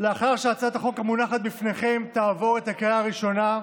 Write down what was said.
לאחר שהצעת החוק המונחת בפניכם תעבור את הקריאה הראשונה,